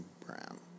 Brown